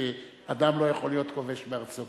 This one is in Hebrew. שאדם לא יכול להיות כובש בארצו,